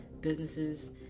businesses